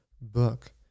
book